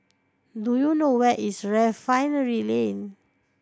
do you know where is Refinery Lane